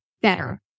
better